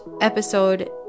episode